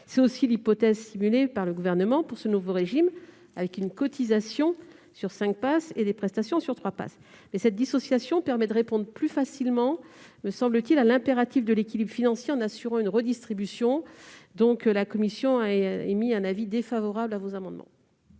C'est aussi l'hypothèse retenue par le Gouvernement pour ce nouveau régime, avec une cotisation sur cinq PASS et des prestations sur trois PASS. Cette dissociation permet de répondre plus facilement, me semble-t-il, à l'impératif d'équilibre financier en assurant une redistribution. La commission émet un avis défavorable sur ces amendements.